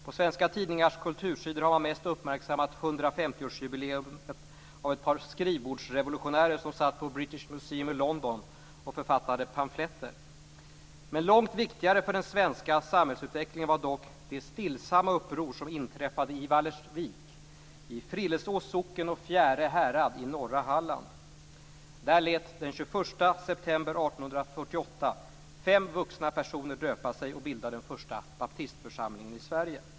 På svenska tidningars kultursidor har man mest uppmärksammat 150-årsjubileet av ett par skrivbordsrevolutionärer som satt på British Museum i Långt viktigare för svensk samhällsutveckling var dock det stillsamma uppror som inträffade i Vallersvik i Frillesås socken och Fjäre härad i norra Halland. Där lät den 21 september 1848 fem vuxna personer döpa sig och bilda den första baptistförsamlingen i Sverige.